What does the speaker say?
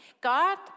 God